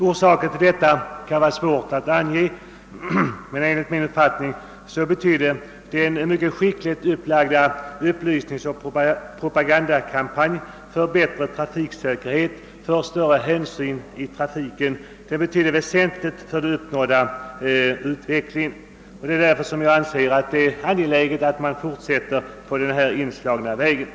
Orsaken till detta förhållande kan vara svår att ange, men enligt min uppfattning har den mycket skickligt upplagda upplysningsoch propagandakampanjen för bättre trafiksäkerhet och större hänsynstagande i trafiken betytt mycket för den positiva utvecklingen. Det är därför som jag anser det vara väsentligt att man fortsätter i den inslagna riktningen.